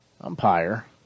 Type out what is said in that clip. umpire